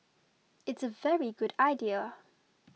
it's a very good idea